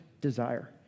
desire